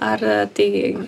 ar taigi